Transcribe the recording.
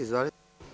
Izvolite.